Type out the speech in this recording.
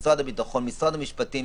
משרד הביטחון ומשרד המשפטים,